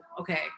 okay